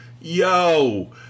yo